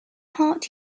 heart